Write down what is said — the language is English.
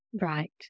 Right